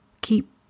Keep